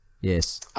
Yes